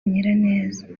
nyiraneza